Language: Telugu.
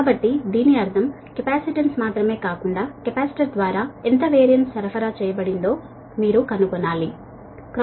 కాబట్టి దీని అర్థం కెపాసిటెన్స్ మాత్రమే కాకుండా కెపాసిటర్ ద్వారా ఎంత VAR సరఫరా చేయబడిందో మీరు కనుగొనాలి